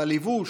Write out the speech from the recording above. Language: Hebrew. בלבוש,